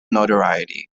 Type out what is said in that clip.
notoriety